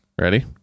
ready